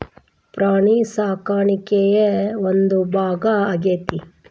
ಪ್ರಾಣಿ ಸಾಕಾಣಿಕೆಯ ಒಂದು ಭಾಗಾ ಆಗೆತಿ